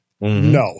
No